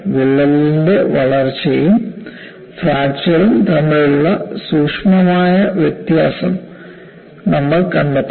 വിള്ളലിന്റെ വളർച്ചയും ഫ്രാക്ചറും തമ്മിലുള്ള സൂക്ഷ്മമായ വ്യത്യാസം നമ്മൾ കണ്ടെത്തും